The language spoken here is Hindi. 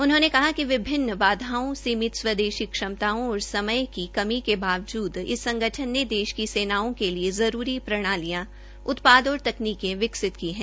उन्होंने कहा कि विभिन्न बाधाओं सीमित स्वदेशी क्षमताओं और समय की कमी के बावजूद इस संगठन ने देश की सेनाओं के लिए जरूरी प्रणालियां उत्पाद और तकनीके विकसित की है